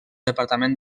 departament